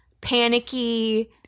panicky